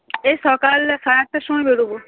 এই সকালে সাড়ে আটটার সময় বেরোবো